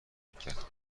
میکرد